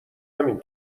همین